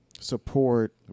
support